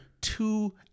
two